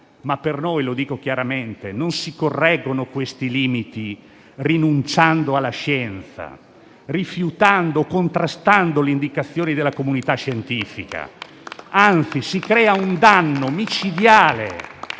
ma per noi - lo dico chiaramente - non si correggono questi limiti rinunciando alla scienza, rifiutando o contrastando le indicazioni della comunità scientifica. Anzi, si crea un danno micidiale: